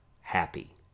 happy